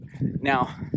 Now